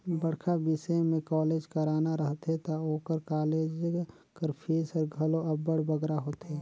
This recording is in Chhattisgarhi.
बड़खा बिसे में कॉलेज कराना रहथे ता ओकर कालेज कर फीस हर घलो अब्बड़ बगरा होथे